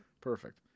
perfect